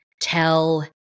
tell